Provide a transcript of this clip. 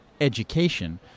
education